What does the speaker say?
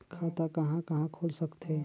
खाता कहा कहा खुल सकथे?